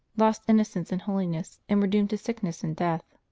lost innocence and holiness, and were doomed to sickness and death.